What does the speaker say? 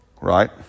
right